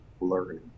learning